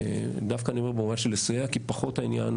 דווקא אני אומר במובן של לסייע כי פחות העניין